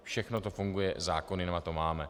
Všechno to funguje, zákony na to máme.